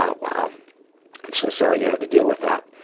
ah wow. i'm so sorry you had to deal with that.